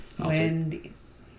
Wendy's